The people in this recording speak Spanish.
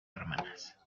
hermanas